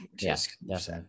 Yes